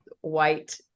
white